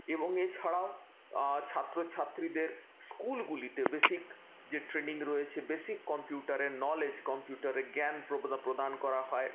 এবং এছাড়াও ছাত্রছাত্রীদের স্কুলগুলিতে বেসিক যে ট্রেনিং রয়েছে বেসিক কম্পিউটারের নলেজ কম্পিউটারের জ্ঞান প্রদান করা হয়